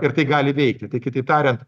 ir tai gali veikti tai kitaip tariant